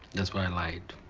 that's why i lied.